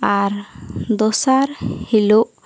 ᱟᱨ ᱫᱚᱥᱟᱨ ᱦᱤᱞᱚᱜ